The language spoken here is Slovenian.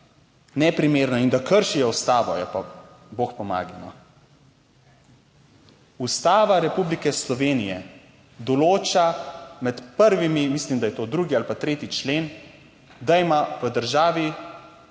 neprimerna in da kršijo Ustavo, ja, potem pa, bog pomagaj, no. Ustava Republike Slovenije določa med prvimi, mislim, da je to 2. ali pa 3. člen, da ima v državi